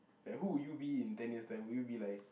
that who would you be in ten years time would you be like